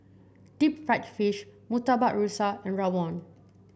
Deep Fried Fish Murtabak Rusa and rawon